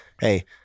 hey